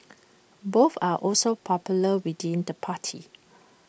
both are also popular within the party